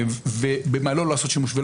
ובמה לא לעשות שימוש,